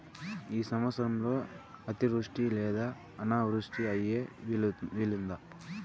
ఈ సంవత్సరంలో అతివృష్టి లేదా అనావృష్టి అయ్యే వీలుందా?